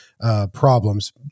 problems